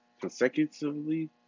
consecutively